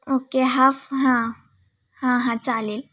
okay half हां हां हां चालेल